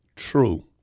true